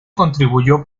contribuyó